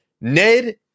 Ned